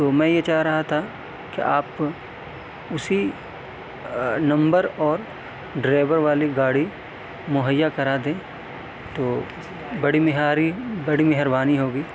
تو میں یہ چاہ رہا تھا آپ اسی نمبر اور ڈرائیور والی گاڑی مہیا کرا دیں تو بڑی مہاری بڑی مہربانی ہو گی